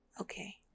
Okay